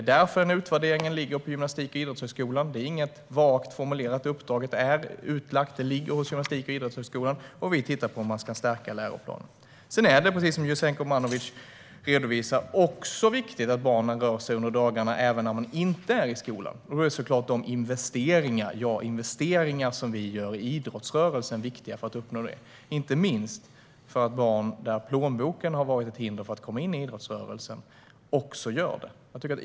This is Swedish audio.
Därför ligger denna utvärdering på Gymnastik och idrottshögskolan. Det är inte vagt formulerat. Uppdraget är utlagt på Gymnastik och idrottshögskolan, och vi tittar på om vi ska stärka läroplanen. Precis som Jasenko Omanovic sa är det viktigt att barn rör sig även när de inte är i skolan. För att uppnå detta är de investeringar som vi gör i idrottsrörelsen viktiga. Inte minst för att få in de barn där plånboken har varit ett hinder för att komma in i idrottsrörelsen.